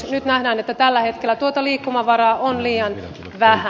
nyt nähdään että tällä hetkellä tuota liikkumavaraa on liian vähän